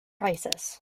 crisis